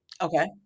Okay